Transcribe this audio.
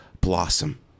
blossom